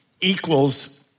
equals